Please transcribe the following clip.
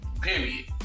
Period